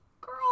girl